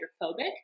hydrophobic